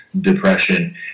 depression